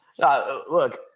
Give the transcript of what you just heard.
Look